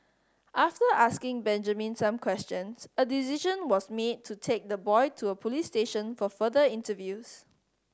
after asking Benjamin some questions a decision was made to take the boy to a police station for further interviews